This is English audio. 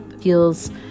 feels